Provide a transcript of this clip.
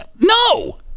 No